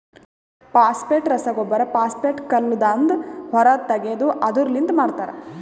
phosphate ರಸಗೊಬ್ಬರ phosphate ಕಲ್ಲದಾಂದ ಹೊರಗ್ ತೆಗೆದು ಅದುರ್ ಲಿಂತ ಮಾಡ್ತರ